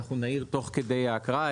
אנחנו נעיר תוך כדי ההקראה.